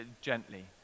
gently